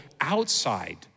outside